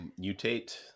mutate